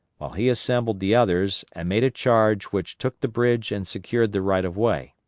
while he assembled the others and made a charge which took the bridge and secured the right of way.